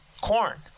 corn